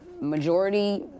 majority